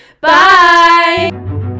Bye